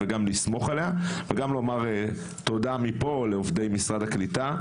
וגם לסמוך עליה וגם לומר תודה מפה לעובדי משרד הקליטה,